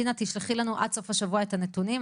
דינה תשלחי לנו עד סוף השבוע את הנתונים.